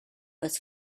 was